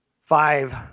Five